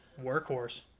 Workhorse